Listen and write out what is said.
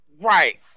Right